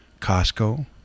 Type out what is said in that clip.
Costco